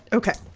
okay.